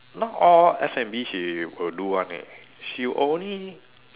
not all F&B she will do one eh she'll only